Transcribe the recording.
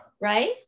Right